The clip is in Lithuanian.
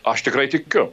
aš tikrai tikiu